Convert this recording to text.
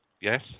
Yes